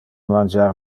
mangiar